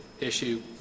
issue